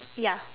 ya